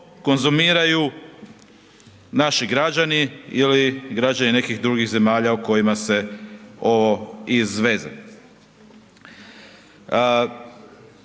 konzumiraju naši građani ili građani nekih drugih zemalja u kojima se ovo izveze.